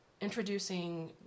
introducing